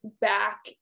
back